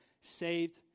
saved